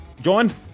John